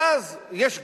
ואז יש גבול,